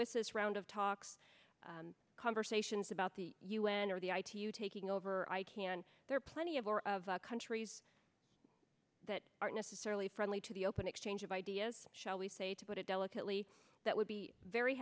this round of talks conversations about the u n or the itu you taking over i can there are plenty of our of the countries that aren't necessarily friendly to the open exchange of ideas shall we say to put it delicately that would be very